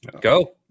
Go